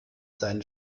seinen